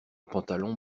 pantalon